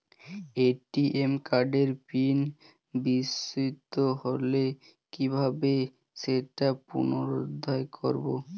ATM কার্ডের pin বিস্মৃত হলে কীভাবে সেটা পুনরূদ্ধার করব?